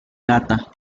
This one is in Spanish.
gata